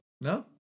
No